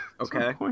Okay